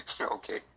Okay